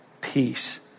peace